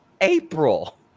April